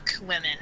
women